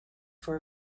for